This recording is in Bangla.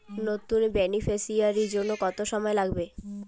নতুন বেনিফিসিয়ারি জন্য কত সময় লাগবে?